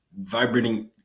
vibrating